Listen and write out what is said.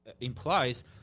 implies